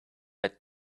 got